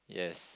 yes